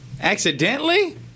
accidentally